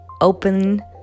open